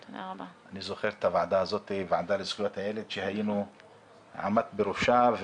אני זוכר את הוועדה לזכויות הילד שעמדת בראשה,